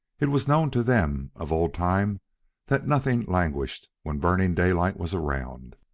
it was known to them of old time that nothing languished when burning daylight was around.